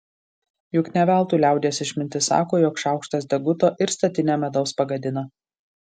juk ne veltui liaudies išmintis sako jog šaukštas deguto ir statinę medaus pagadina